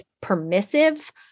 permissive